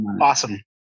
Awesome